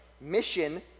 Mission